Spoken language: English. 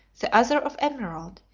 the other of emerald,